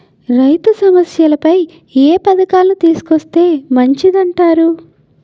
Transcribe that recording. రైతు సమస్యలపై ఏ పథకాలను తీసుకొస్తే మంచిదంటారు?